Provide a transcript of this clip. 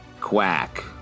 Quack